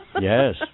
Yes